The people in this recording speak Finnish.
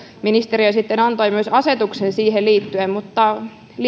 ministeriö sitten antoi myös asetuksen siihen liittyen liekö siitä